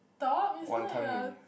stop it's not your